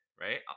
right